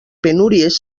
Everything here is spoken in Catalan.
penúries